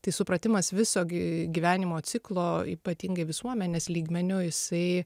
tai supratimas viso gyvenimo ciklo ypatingai visuomenės lygmeniu jisai